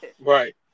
right